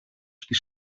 στη